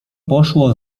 poszło